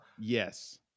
yes